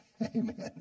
Amen